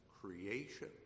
creation